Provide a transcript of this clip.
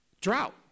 drought